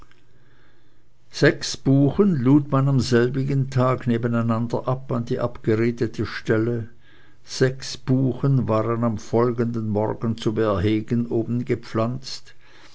sechs buchen lud man selbigen tags nebeneinander ab an die abgeredete stelle sechs buchen waren am folgenden morgen zu bärhegen oben gepflanzet